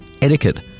Etiquette